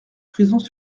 prisons